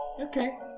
Okay